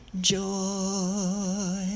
joy